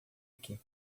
aqui